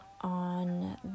on